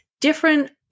different